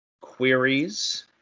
queries